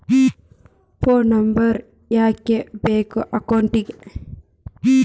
Phone number ಯಾಕೆ ಬೇಕು ಅಕೌಂಟಿಗೆ?